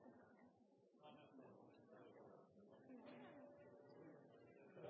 Arne